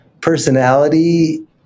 personality